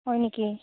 হয় নেকি